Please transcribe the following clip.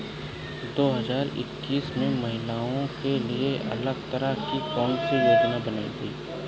दो हजार इक्कीस में महिलाओं के लिए अलग तरह की कौन सी योजना बनाई गई है?